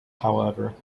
however